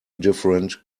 different